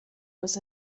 was